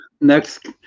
next